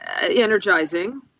energizing